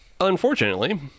Unfortunately